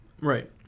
right